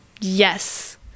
Yes